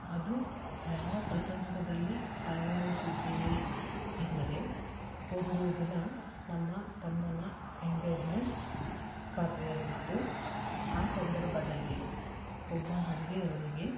ಅದು ಯಾವ ಪ್ರಸಂಗದಲ್ಲಿ ತಯಾರಿಸಿದ್ದೇವೆ ಎಂದರೆ ಒಂದು ದಿನ ನಮ್ಮ ತಮ್ಮನ ಎಂಗೇಜ್ಮೆಂಟ್ ಖಾತ್ರಿಯಾಗಿತ್ತು ಆ ಸಂದರ್ಭದಲ್ಲಿ ಒಬ್ಬ ಅಡಿಗೆಯವರಿಗೆ